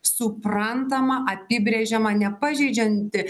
suprantama apibrėžiama nepažeidžianti